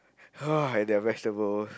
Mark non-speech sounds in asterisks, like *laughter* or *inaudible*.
*noise* and their vegetable